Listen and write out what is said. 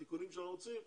התיקונים שאנחנו רוצים,